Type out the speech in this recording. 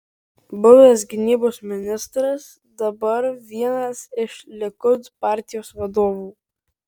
buvęs gynybos ministras dabar vienas iš likud partijos vadovų